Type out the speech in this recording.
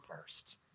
first